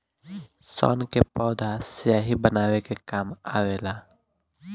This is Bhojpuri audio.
सन के पौधा स्याही बनावे के काम आवेला